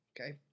okay